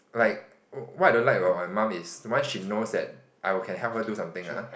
like what I don't like about my mum is once she that knows that I will can help her do something ah